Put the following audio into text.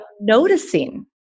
noticing